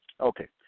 Okay